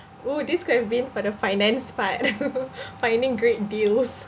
oo this could have been for the finance part finding great deals